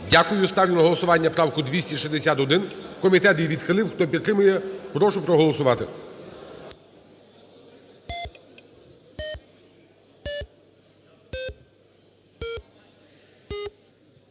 Отже, ставлю на голосування правку 264. Комітет її відхилив. Хто підтримує? Прошу голосувати.